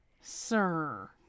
sir